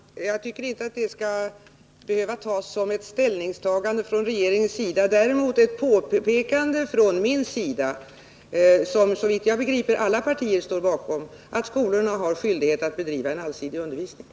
Herr talman! Jag tycker inte att mitt uttalande skall behöva tas som ett ställningstagande från regeringens sida. Däremot är det ett påpekande från min sida som såvitt jag begriper alla partier står bakom, dvs. att skolorna har skyldighet att bedriva en allsidig undervisning.